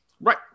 Right